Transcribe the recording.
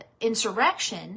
insurrection